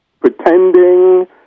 pretending